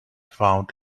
found